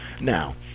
Now